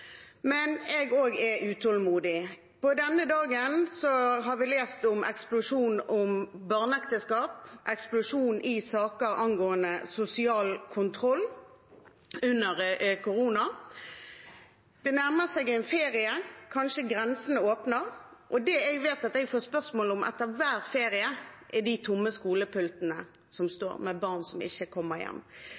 men jeg er også utålmodig. På denne dagen har vi lest om eksplosjon av barneekteskap, eksplosjon av saker angående sosial kontroll under korona. Det nærmer seg en ferie, kanskje grensene åpnes. Det jeg vet at jeg får spørsmål om etter hver ferie, er de tomme skolepultene som står der, barn som ikke kommer hjem.